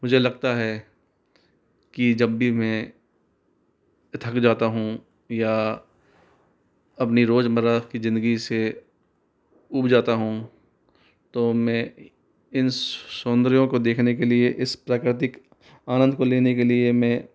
मुझे लगता है कि जब भी मैं थक जाता हूँ या अपनी रोज़मर्रा की जिंदगी से ऊब जाता हूँ तो मैं इन सौन्दर्य को देखने के लिए इस प्रकृतिक आनंद को लेने के लिए मैं